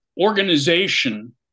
organization